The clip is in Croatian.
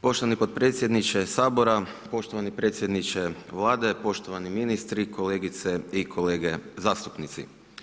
Poštovani potpredsjedniče Sabora, poštovani predsjedniče Vlade, poštovani ministri, kolegice i kolege zastupnici.